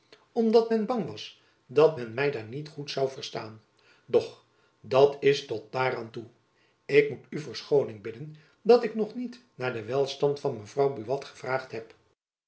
omdat men bang was dat men my daar niet goed zoû verstaan doch dat is tot daar aan toe ik moet u verschooning bidden dat ik nog niet naar den welstand van mevrouw buat heb